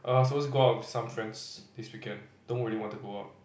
i was supposed to go out with some friends this weekend don't really want to go out